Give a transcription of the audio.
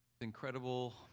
Incredible